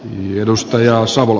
mm edustaja samu